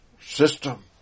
system